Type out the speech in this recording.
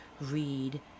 read